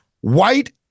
white